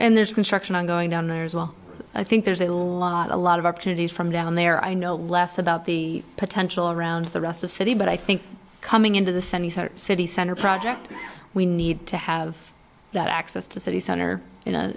and there's construction on going down there's well i think there's a lot a lot of opportunities from down there i know less about the potential around the rest of city but i think coming into the center city center project we need to have that access to city center in a